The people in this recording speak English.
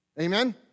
Amen